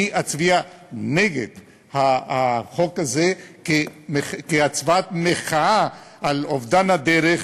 אני אצביע נגד החוק הזה כהצבעת מחאה על אובדן הדרך,